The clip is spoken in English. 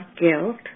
guilt